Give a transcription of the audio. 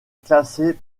classer